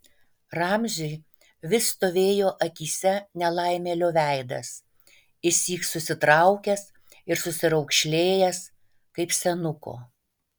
ramziui vis stovėjo akyse nelaimėlio veidas išsyk susitraukęs ir susiraukšlėjęs kaip senuko